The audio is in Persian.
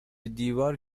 دیوار